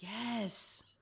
Yes